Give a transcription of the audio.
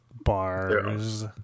bars